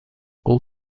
all